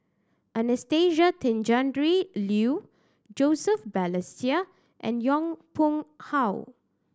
Anastasia Tjendri Liew Joseph Balestier and Yong Pung How